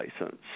license